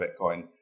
Bitcoin